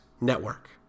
network